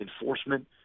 enforcement